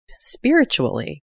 spiritually